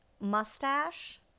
mustache